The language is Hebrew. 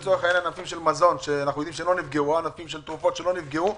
למשל ענפי מזון ותרופות שלא נפגעו,